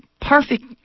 perfect